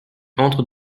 entre